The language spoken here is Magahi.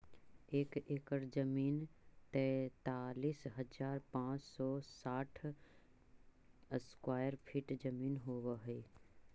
एक एकड़ जमीन तैंतालीस हजार पांच सौ साठ स्क्वायर फीट जमीन होव हई